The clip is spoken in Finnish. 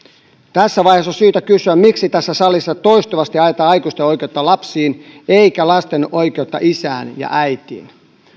tässä vaiheessa on syytä kysyä miksi tässä salissa toistuvasti ajetaan aikuisten oikeutta lapsiin eikä lasten oikeutta isään ja äitiin